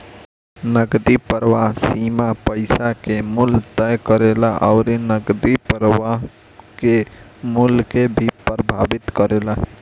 नगदी प्रवाह सीमा पईसा कअ मूल्य तय करेला अउरी नगदी प्रवाह के मूल्य के भी प्रभावित करेला